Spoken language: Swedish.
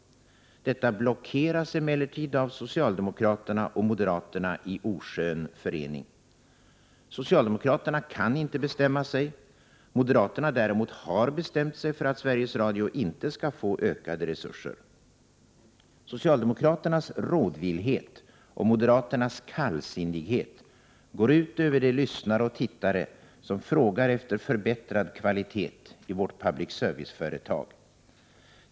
Detta blockeras emellertid av socialdemokraterna och moderaterna i oskön förening. Socialdemokraterna kan inte bestämma sig, moderaterna däremot har bestämt sig för att Sveriges Radio inte skall få ökade resurser. Socialdemokraternas rådvillhet och moderaternas kallsinnighet går ut över de lyssnare och tittare som frågar efter förbättrad kvalitet i vårt public service-företag.